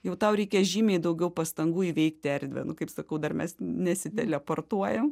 jau tau reikia žymiai daugiau pastangų įveikti erdvę nu kaip sakau dar mes nesiteleportuojam